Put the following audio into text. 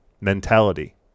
mentality